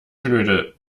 knödel